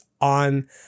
on